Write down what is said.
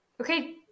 Okay